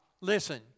Listen